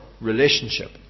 relationship